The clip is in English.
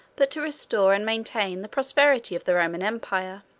but to restore and maintain, the prosperity of the roman empire.